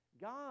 God